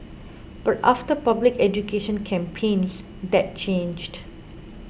but after public education campaigns that changed